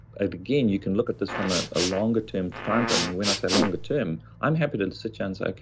again, you can look at this from a ah longer term timeframe. and when i say longer term, i'm happy to and sit and chat and say, okay,